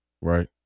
right